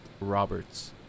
Roberts